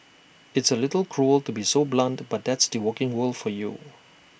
it's A little cruel to be so blunt but that's the working world for you